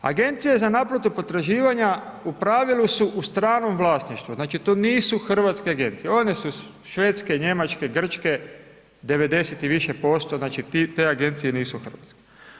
Agencije za naplatu potraživanja, u pravilu su u stranom vlasništvu, znači to nisu hrvatske agencije, one su Švedske, Njemačke, Grčke, 90 i više posto, znači te agencije nisu hrvatske.